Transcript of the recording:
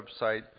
website